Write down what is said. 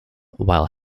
while